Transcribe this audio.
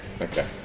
okay